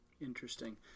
Interesting